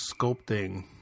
sculpting